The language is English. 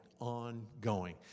ongoing